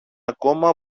ακόμα